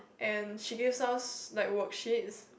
and she gives us like worksheets